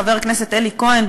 חבר הכנסת אלי כהן,